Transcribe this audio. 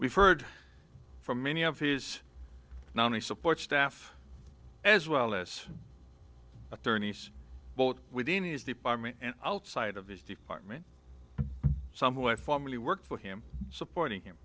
we've heard from many of his nominees support staff as well as attorneys both within his department and outside of this department somewhat formerly worked for him supporting him